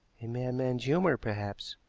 a madman's humor, perhaps,